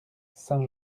saint